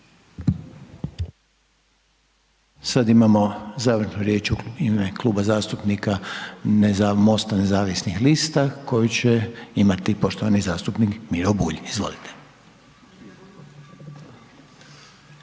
Sad imamo završnu riječ u ime Kluba zastupnika MOST-a Nezavisnih lista koju će imati poštovani zastupnik Miro Bulj. **Bulj,